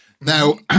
now